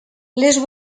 les